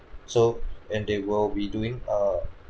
so and they will be doing err